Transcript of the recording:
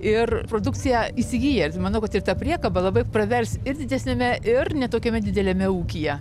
ir produkciją įsigyja manau kad ir ta priekaba labai pravers ir didesniame ir ne tokiame dideliame ūkyje